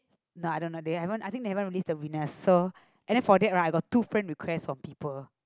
no I don't know they haven't I think they haven't released the winners so and then for that right I got two friend request of people